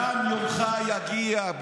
גם יומך יגיע,